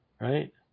Right